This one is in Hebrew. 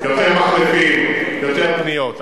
יותר מחלפים, יותר פניות.